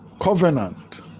covenant